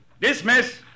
Dismiss